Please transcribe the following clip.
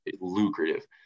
lucrative